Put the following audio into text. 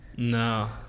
No